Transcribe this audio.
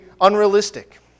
unrealistic